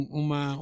uma